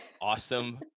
Awesome